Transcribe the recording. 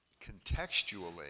contextually